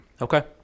Okay